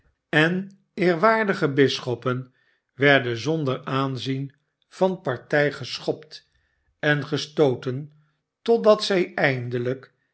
en eerwaardige bisschoppen werden zonder aanzien van partij geschopt en gestooten totdat zij eindelijk